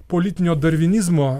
politinio darvinizmo